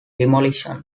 demolition